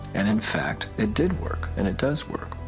and in fact it did work, and it does work.